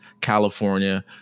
California